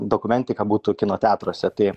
dokumentika būtų kino teatruose tai